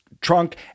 trunk